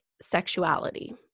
sexuality